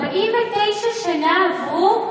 49 שנה עברו,